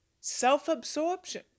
self-absorption